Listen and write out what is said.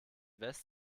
west